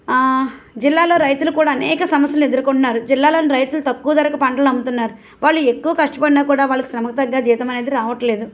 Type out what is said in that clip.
జిల్లాలో రైతులు కూడా అనేక సమస్యలను ఎదుర్కొంటున్నారు జిల్లాలోని రైతులు తక్కువ ధరకే పంటలను అమ్ముతున్నారు వాళ్లు ఎక్కువ కష్టపడినా కూడా వాళ్ల శ్రమకు తగ్గ జీతం అనేది రావటం లేదు